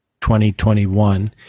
2021